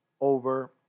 over